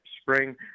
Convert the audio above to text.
spring